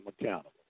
accountable